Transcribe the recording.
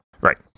Right